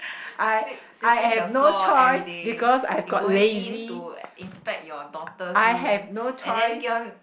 sweep sweeping the floor everyday going in to inspect your daughter's room and then keep on